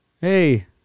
hey